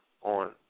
on